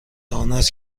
آنست